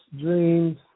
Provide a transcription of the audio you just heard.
dreams